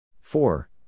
four